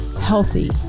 healthy